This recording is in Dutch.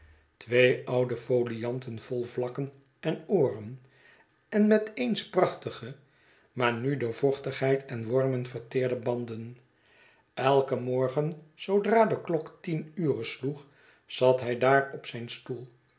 twee oude folianten vol vlakken en ooren en met eens prachtige maar nu door vochtigheid en wormen verteerde banden elken morgen zoodra de klok tien ure sloeg zat hij daar op zijn stoel